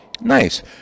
Nice